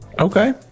Okay